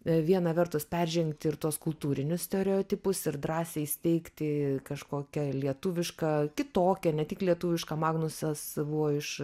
viena vertus peržengti ir tuos kultūrinius stereotipus ir drąsiai steigti kažkokią lietuvišką kitokią ne tik lietuvišką magnusas buvo iš